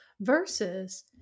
versus